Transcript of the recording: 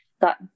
got